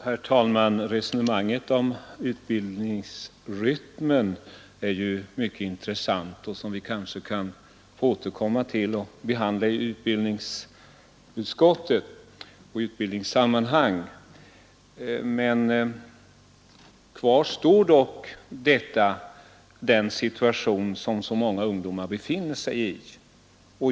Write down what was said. Herr talman! Resonemanget om utbildningsrytmen är ju mycket intressant, och det kan kanske tas upp i samband med utbildningsutskottets arbete eller i något annat utbildningssammanhang. Men kvar står dock den situation som så många ungdomar befinner sig i.